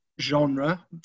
genre